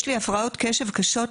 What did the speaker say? יש לי הפרעות קשב קשות,